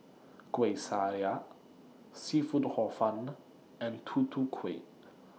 Kueh Syara Seafood Hor Fun and Tutu Kueh